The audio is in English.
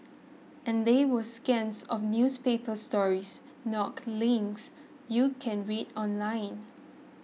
and they were scans of newspaper stories not links you can read online